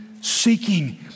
seeking